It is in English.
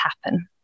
happen